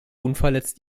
unverletzt